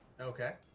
Okay